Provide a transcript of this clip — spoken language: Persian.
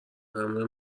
همه